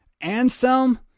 Anselm